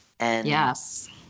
Yes